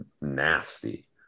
nasty